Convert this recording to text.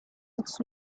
its